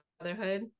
motherhood